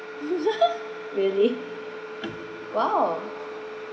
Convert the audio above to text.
really !wow!